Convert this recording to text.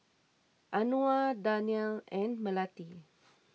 Anuar Danial and Melati